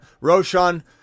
Roshan